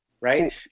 right